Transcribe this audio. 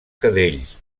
cadells